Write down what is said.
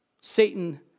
Satan